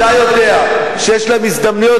אתה יודע שיש להם הזדמנויות,